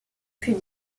fut